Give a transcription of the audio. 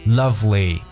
lovely